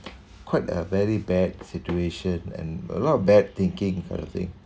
quite a very bad situation and a lot of bad thinking kind of thing